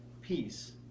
peace